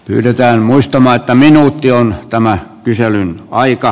pyydetään muistamaan että minuutti on tämä kyselyn aika